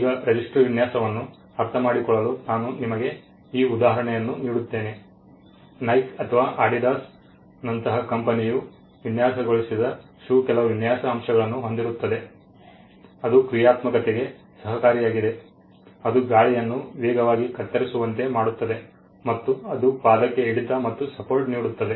ಈಗ ರಿಜಿಸ್ಟರ್ ವಿನ್ಯಾಸವನ್ನು ಅರ್ಥಮಾಡಿಕೊಳ್ಳಲು ನಾನು ನಿಮಗೆ ಈ ಉದಾಹರಣೆಯನ್ನು ನೀಡುತ್ತೇನೆ ನೈಕ್ ಅಥವಾ ಅಡೀಡಸ್ ನಂತಹ ಕಂಪನಿಯು ವಿನ್ಯಾಸಗೊಳಿಸಿದ ಶೂ ಕೆಲವು ವಿನ್ಯಾಸ ಅಂಶಗಳನ್ನು ಹೊಂದಿರುತ್ತದೆ ಅದು ಕ್ರಿಯಾತ್ಮಕತೆಗೆ ಸಹಕಾರಿಯಾಗಿದೆ ಅದು ಗಾಳಿಯನ್ನು ವೇಗವಾಗಿ ಕತ್ತರಿಸುವಂತೆ ಮಾಡುತ್ತದೆ ಮತ್ತು ಅದು ಪಾದಕ್ಕೆ ಹಿಡಿತ ಮತ್ತು ಸಪೋರ್ಟ್ ನೀಡುತ್ತದೆ